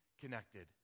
connected